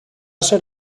ser